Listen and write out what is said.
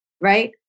right